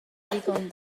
ddigon